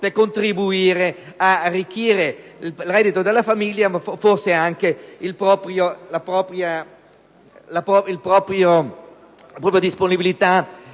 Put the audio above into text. per contribuire ad arricchire il reddito della famiglia o le proprie disponibilità